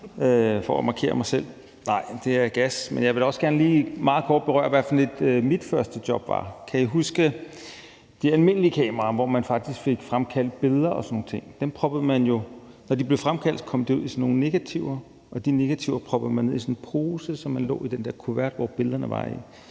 for at markere mig selv. Nej, det er gas, men jeg vil da også gerne lige meget kort berøre, hvad mit første job var. Kan I huske de almindelige kameraer, hvor man faktisk fik fremkaldt billeder og sådan nogle ting. Når de blev fremkaldt, kom de ud i sådan nogle negativer, og de negativer proppede man ned i en pose, som lå i den kuvert, som billederne var i.